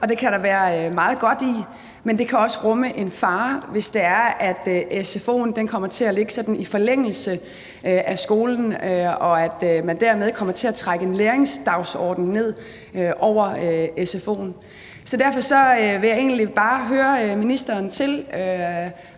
det kan der være meget godt i, men det kan også rumme en fare, hvis det er, at sfo'en kommer til at ligge sådan i forlængelse af skolen, og at man dermed kommer til at trække læringsdagsordenen ned over sfo'en. Så derfor vil jeg egentlig bare høre ministeren,